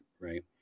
right